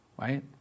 right